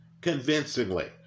convincingly